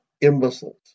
imbeciles